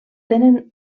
tenen